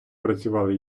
працювали